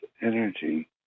energy